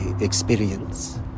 experience